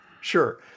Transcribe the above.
Sure